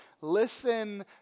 listen